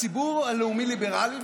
הציבור הלאומי ליברלי,